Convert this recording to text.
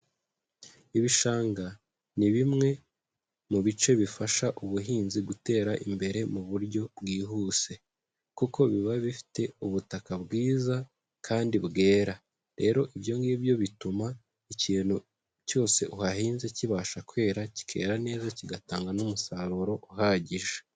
Ibishanga ni bimwe mu bice bifasha ubuhinzi gutera imbere mu buryo bwihuse kuko biba bifite ubutaka bwiza kandi bwera. Rero ibyo ngibyo bituma ikintu cyose uhahinze kibasha kwera, kikera neza kigatanga n'umusaruro uhagije.